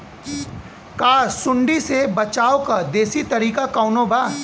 का सूंडी से बचाव क देशी तरीका कवनो बा?